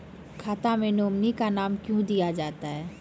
खाता मे नोमिनी का नाम क्यो दिया जाता हैं?